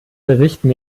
berichten